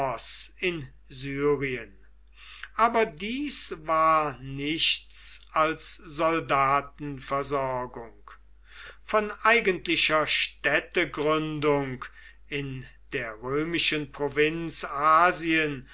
in syrien aber dies war nichts als soldatenversorgung von eigentlicher städtegründung in der römischen provinz